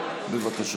בבקשה.